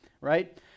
right